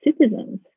citizens